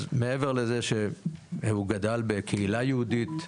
אז מעבר לזה שהוא גדל בקהילה יהודית,